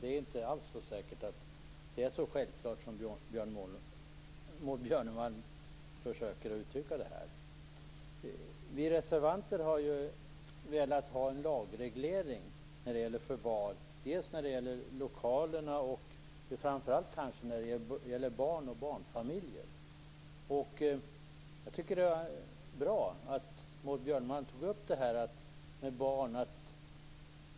Det är inte alls så självklart som Vi reservanter har velat ha en lagreglering när det gäller förvarslokalerna för framför allt barn och barnfamiljer. Jag tycker att det var bra att Maud Björnemalm tog upp det här med barnen.